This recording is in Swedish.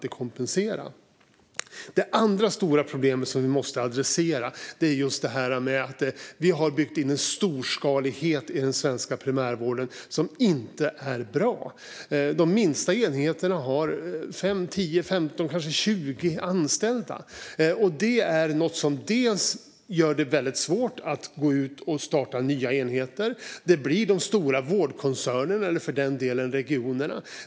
Det andra stora problem som vi måste adressera är att vi har byggt in en storskalighet i den svenska primärvården som inte är bra. De minsta enheterna har 5, 10, 15 eller kanske 20 anställda. Det är något som gör det väldigt svårt att gå ut och starta nya enheter. Det blir de stora vårdkoncernerna eller för den delen regionerna.